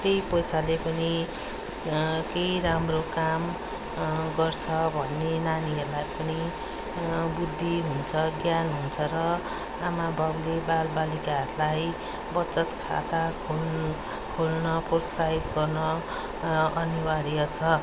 त्यही पैसाले कुनै केही राम्रो काम गर्छ भन्ने नानीहरूलाई पनि बुद्धि हुन्छ ज्ञान हुन्छ र आमा बाउले बालबालिकाहरूलाई बचत खाता खोल खोल्न प्रोत्साहित गर्न अनिवार्य छ